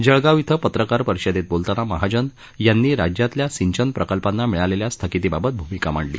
जळगाव इथं पत्रकार परिषदेत बोलताना महाजन यांनी राज्यातल्या सिंचन प्रकल्पांना मिळालेल्या स्थगितीबाबत भूमिका मांडली